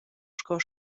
sco